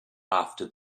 after